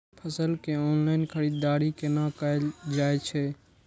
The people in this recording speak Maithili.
फसल के ऑनलाइन खरीददारी केना कायल जाय छै?